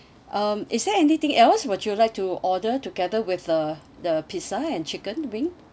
um is there anything else would you like to order together with the the pizza and chicken wing